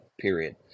period